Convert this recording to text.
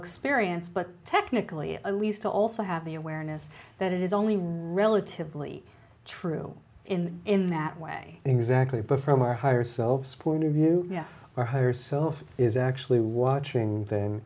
experience but technically at least i also have the awareness that it is only relatively true in in that way exactly but from our higher selves point of view or higher self is actually watching the